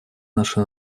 наша